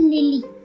Lily